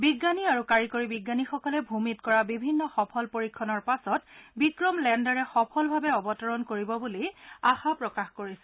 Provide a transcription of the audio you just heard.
বিজ্ঞানী আৰু কাৰিকৰী বিজ্ঞানীসকলে ভূমিত কৰা বিভিন্ন সফল পৰীক্ষণৰ পাচত বিক্ৰম লেণ্ডাৰে সফলভাৱে অৱতৰণ কৰিব বুলি আশা প্ৰকাশ কৰিছে